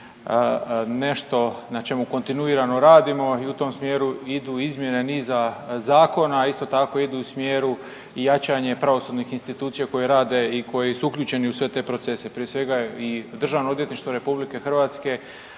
nešto na čemu kontinuirano radimo i u tom smjeru idu izmjene niza zakona, a isto tako idu u smjeru i jačanja pravosudnih institucija koje rade i koji su uključeni u sve te procese prije svega i Državno odvjetništvo RH ali i USKOK.